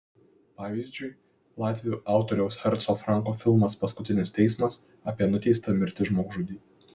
pavyzdžiui latvių autoriaus herco franko filmas paskutinis teismas apie nuteistą mirti žmogžudį